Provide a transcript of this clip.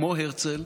כמו הרצל,